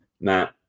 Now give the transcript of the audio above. Matt